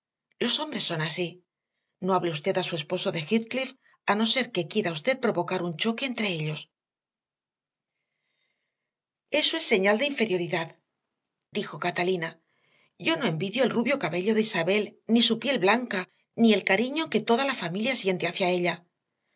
los hombres son así no hable usted a su esposo de heathcliff a no ser que quiera usted provocar un choque entre ellos eso es señal de inferioridad dijo catalina yo no envidio el rubio cabello de isabel ni su piel blanca ni el cariño que toda la familia siente hacía ella